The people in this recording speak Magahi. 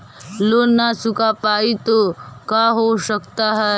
लोन न चुका पाई तो का हो सकता है?